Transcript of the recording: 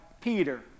Peter